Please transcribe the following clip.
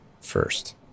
first